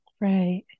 right